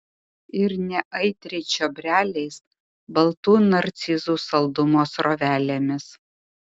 ir neaitriai čiobreliais baltų narcizų saldumo srovelėmis